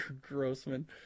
Grossman